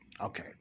Okay